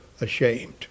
Ashamed